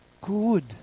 Good